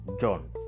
John